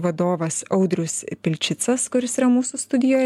vadovas audrius pilčicas kuris yra mūsų studijoj